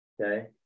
Okay